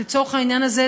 לצורך העניין הזה,